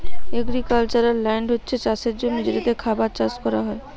agricultural land হচ্ছে চাষের জমি যেটাতে খাবার চাষ কোরা হয়